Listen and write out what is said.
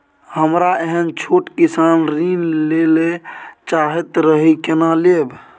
हमरा एहन छोट किसान ऋण लैले चाहैत रहि केना लेब?